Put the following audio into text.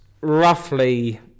roughly